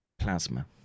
Plasma